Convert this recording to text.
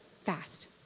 Fast